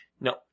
No